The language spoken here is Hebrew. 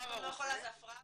כמות אמר הרופא,